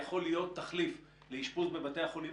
יכול להיות תחליף לאשפוז בבתי החולים,